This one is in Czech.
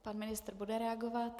Pan ministr bude reagovat.